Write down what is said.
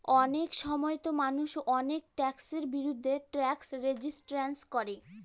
অনেক সময়তো মানুষ অনেক ট্যাক্সের বিরুদ্ধে ট্যাক্স রেজিস্ট্যান্স করে